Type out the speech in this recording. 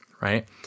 right